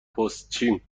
پستچیم